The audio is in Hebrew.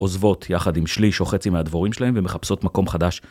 עוזבות יחד עם שליש או חצי מהדבורים שלהם ומחפשות מקום חדש